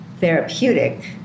therapeutic